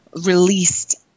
released